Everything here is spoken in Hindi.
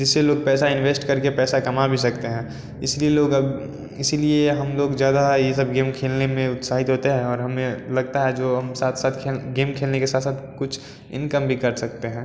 जिससे लोग पैसा इन्वेस्ट करके पैसा कमा भी सकते हैं इसीलिए लोग अब इसीलिए हम लोग ज़्यादा ये सब गेम खेलने में उत्साहित होते हैं और हमें लगता है जो हम साथ साथ गेम खेलने के साथ साथ कुछ इनकम भी कर सकते हैं